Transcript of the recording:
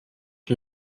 n’y